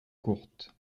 courtes